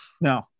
no